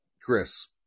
Chris